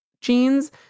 jeans